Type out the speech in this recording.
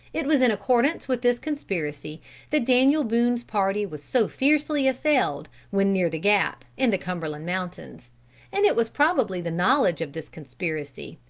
it was in accordance with this conspiracy that daniel boone's party was so fiercely assailed when near the gap, in the cumberland mountains and it was probably the knowledge of this conspiracy,